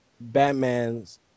Batman's